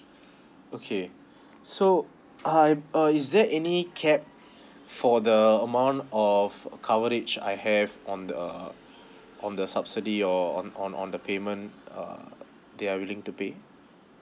okay so I uh is there any cap for the amount of coverage I have on the on the subsidy or on on on the payment uh they are willing to pay